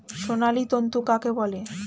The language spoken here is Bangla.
সোনালী তন্তু কাকে বলে?